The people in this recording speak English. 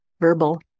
verbal